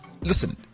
Listen